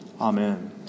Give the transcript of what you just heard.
Amen